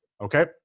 Okay